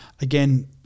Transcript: again